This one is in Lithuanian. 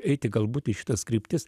eiti galbūt į šitas kryptis